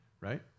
right